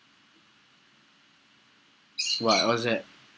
what was that